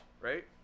Right